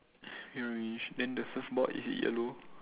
red orange then the surf board is yellow